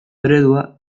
eredua